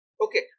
Okay